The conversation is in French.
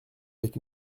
avec